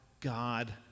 God